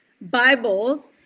Bibles